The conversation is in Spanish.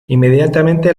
inmediatamente